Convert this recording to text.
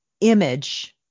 image